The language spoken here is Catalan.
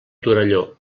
torelló